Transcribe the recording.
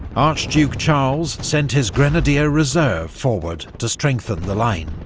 archduke charles sent his grenadier reserve forward to strengthen the line.